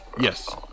Yes